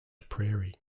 prairie